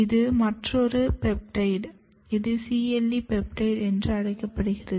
இது மற்றொரு பெப்டைட் இது CLE பெப்டைட் என்று அழைக்கப்படுகிறது